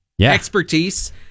expertise